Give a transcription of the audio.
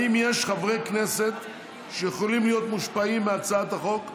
האם יש חברי כנסת שיכולים להיות מושפעים מהצעת החוק,